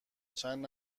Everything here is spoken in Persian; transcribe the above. چند